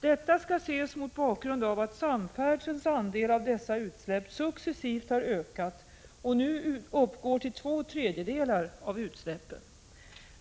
Detta skall ses mot bakgrund av att samfärdselns andel av dessa utsläpp successivt har ökat och nu uppgår till två tredjedelar av utsläppen.